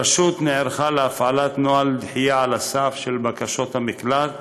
הרשות נערכה להפעלת נוהל דחייה על הסף של בקשות מקלט